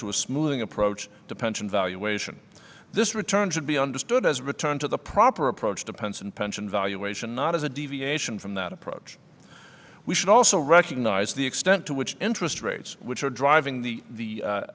to a smoothing approach to pension valuation this return should be understood as a return to the proper approach to pence and pension valuation not as a deviation from that approach we should also recognize the extent to which interest rates which are driving the the